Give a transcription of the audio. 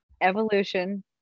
Evolution